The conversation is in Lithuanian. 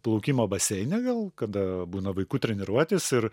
plaukimo baseine gal kada būna vaikų treniruotės ir